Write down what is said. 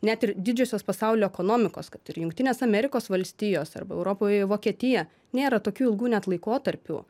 net ir didžiosios pasaulio ekonomikos kad ir jungtinės amerikos valstijos arba europoje vokietija nėra tokių ilgų net laikotarpių